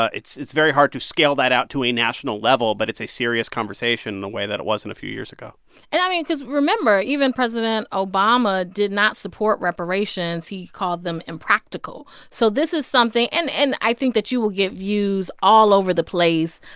ah it's it's very hard to scale that out to a national level, but it's a serious conversation in the way that it wasn't a few years ago and, i mean, because remember, even president obama did not support reparations. he called them impractical. so this is something and and i think that you will get views all over the place.